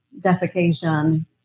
defecation